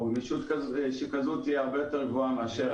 גמישות שכזו תהיה הרבה יותר גבוהה מאשר